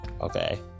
okay